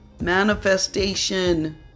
Manifestation